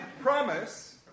promise